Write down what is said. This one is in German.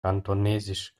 kantonesisch